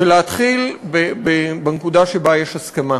ולהתחיל בנקודה שבה יש הסכמה.